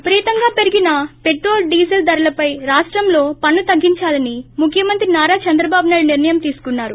విపరీతంగా పెరిగిన పెట్రోల్ డీజీల్పై రాష్టంలో పన్సు తగ్గించాలని ముఖ్యమంత్రి నారా చంద్రబాబునాయుడు నిర్లయం తీసుకున్నారు